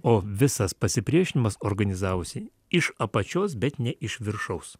o visas pasipriešinimas organizavusiai iš apačios bet ne iš viršaus